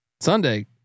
Sunday